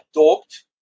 adopt